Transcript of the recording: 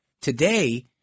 Today